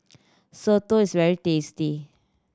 soto is very tasty